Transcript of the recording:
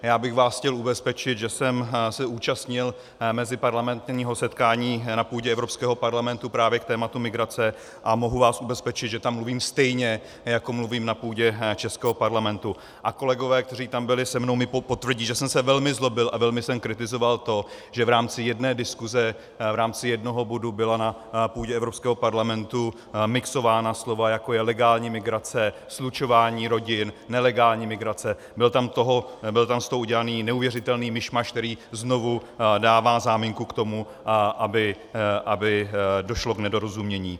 Já bych vás chtěl ubezpečit, že jsem se účastnil meziparlamentního setkání na půdě Evropského parlamentu právě k tématu migrace, a mohu vás ubezpečit, že tam mluvím stejně, jako mluvím na půdě českého parlamentu, a kolegové, kteří tam byli se mnou, mi potvrdí, že jsem se velmi zlobil a velmi jsem kritizoval to, že v rámci jedné diskuse, v rámci jednoho bodu byla na půdě Evropského parlamentu mixována slova, jako je legální migrace, slučování rodin, nelegální migrace, byl tam z toho udělaný neuvěřitelný mišmaš, který znovu dává záminku k tomu, aby došlo k nedorozumění.